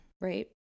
right